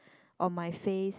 on my face